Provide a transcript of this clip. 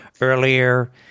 earlier